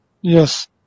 Yes